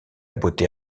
beauté